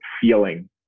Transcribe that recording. feeling